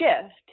shift